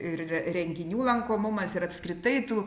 ir renginių lankomumas ir apskritai tų